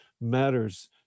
matters